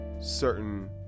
certain